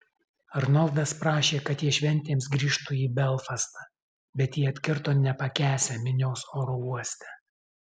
arnoldas prašė kad jie šventėms grįžtų į belfastą bet jie atkirto nepakęsią minios oro uoste